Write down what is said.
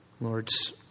Lord's